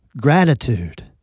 gratitude